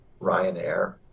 Ryanair